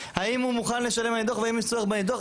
האם הוא מוכן לשלם על הניתוח והאם יש צורך בניתוח.